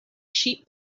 sheep